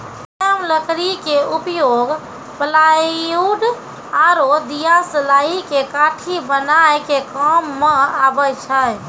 मुलायम लकड़ी के उपयोग प्लायउड आरो दियासलाई के काठी बनाय के काम मॅ आबै छै